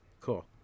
cool